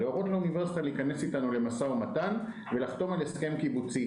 להורות לאוניברסיטה להיכנס אתנו למשא ומתן ולחתום על הסכם קיבוצי.